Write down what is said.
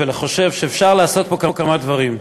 ואני חושב שאפשר לעשות פה כמה דברים.